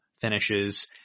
finishes